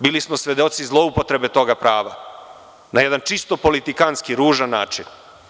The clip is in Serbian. Bili smo svedoci zloupotrebe toga prava na jedan čisto politikanski, ružan način.